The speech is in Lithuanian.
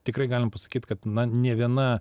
tikrai galim pasakyt kad nė viena